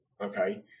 okay